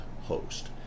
host